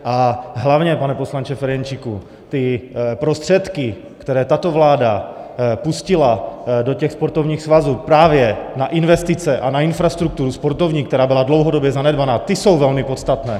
A hlavně, pane poslanče Ferjenčíku, ty prostředky, které tato vláda pustila do těch sportovních svazů právě na investice na infrastrukturu sportovní, která byla dlouhodobě zanedbaná, ty jsou velmi podstatné.